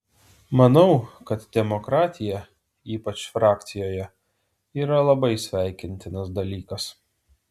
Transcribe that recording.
manau kad demokratija ypač frakcijoje yra labai sveikintinas dalykas